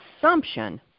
assumption